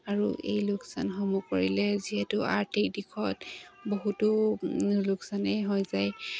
আৰু এই লোকচানসমূহ কৰিলে যিহেতু আৰ্থিক দিশত বহুতো লোকচানেই হৈ যায়